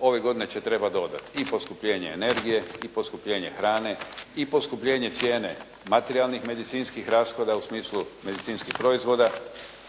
ove godine će trebati dodati i poskupljenje energije i poskupljenje hrane i poskupljenje cijene materijalnih medicinskih rashoda u smislu medicinskih proizvoda